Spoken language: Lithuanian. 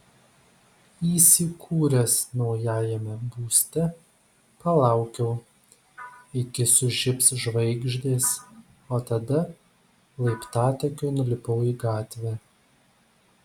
įsikūręs naujajame būste palaukiau iki sužibs žvaigždės o tada laiptatakiu nulipau į gatvę